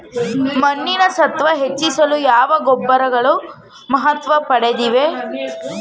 ಮಣ್ಣಿನ ಸತ್ವ ಹೆಚ್ಚಿಸಲು ಯಾವ ಗೊಬ್ಬರಗಳು ಮಹತ್ವ ಪಡೆದಿವೆ?